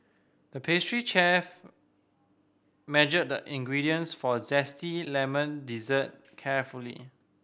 the pastry chef measured the ingredients for a zesty lemon dessert carefully